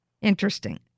Interesting